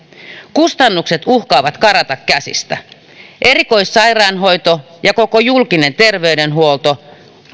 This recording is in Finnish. kustannukset uhkaavat karata käsistä erikoissairaanhoito ja koko julkinen terveydenhuolto